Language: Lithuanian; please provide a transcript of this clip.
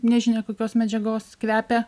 nežinia kokios medžiagos kvepia